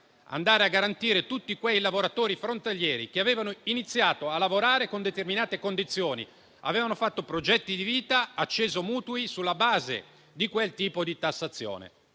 per garantire tutti i lavoratori frontalieri che avevano iniziato a lavorare con determinate condizioni, avevano fatto progetti di vita e acceso mutui sulla base di quel tipo di tassazione,